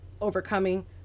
overcoming